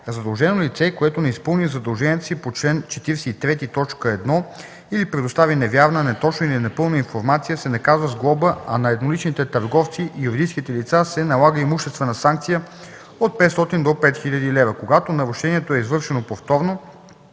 Задължено лице, което не изпълни задълженията си по чл. 43, т. 1 или предостави невярна, неточна или непълна информация, се наказва с глоба, а на едноличните търговци и юридическите лица се налага имуществена санкция от 500 до 5000 лв. Когато нарушението е извършено повторно,